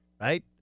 right